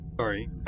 Sorry